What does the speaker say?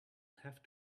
have